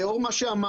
לאור מה שאמרתי,